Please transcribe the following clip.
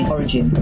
Origin